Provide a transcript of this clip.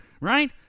right